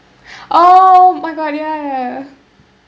oh my god ya ya